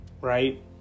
Right